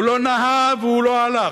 הוא לא נהה והוא לא הלך